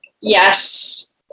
yes